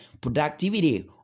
productivity